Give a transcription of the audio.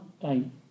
time